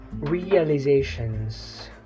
realizations